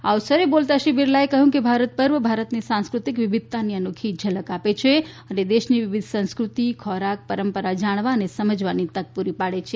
આ અવસરે શ્રી બિરલાએ જણાવ્યું કે ભારત પર્વ ભારતની સાંસ્કૃતિક વિવિધતાની અનોખી ઝલક આપે છે તથા દેશની વિવિધ સંસ્કૃતિ ખોરાક પરંપરા જણાવાની અને સમજવાની તક પૂરી પાડે છે